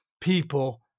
people